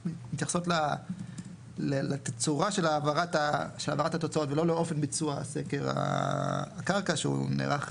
מתייחסות לתצורה של העברת התוצאות ולא לאופן ביצוע סקר הקרקע שהוא נערך,